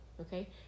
okay